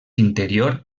interior